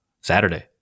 Saturday